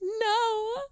no